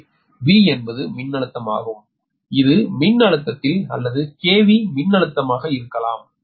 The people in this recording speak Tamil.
V என்பது மின்னழுத்தமாகும் இது மின்னழுத்தத்தில் அல்லது kV மின்னழுத்தமாக இருக்கலாம்